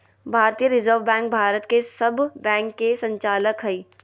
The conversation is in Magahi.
भारतीय रिजर्व बैंक भारत के सब बैंक के संचालक हइ